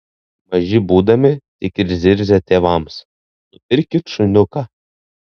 maži būdami tik ir zirzia tėvams nupirkit šuniuką